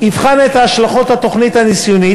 יבחן את השלכות התוכנית הניסיונית,